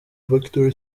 victory